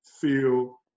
feel